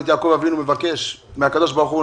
את יעקב אבינו מבקש מהקדוש ברוך הוא,